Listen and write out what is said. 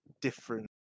different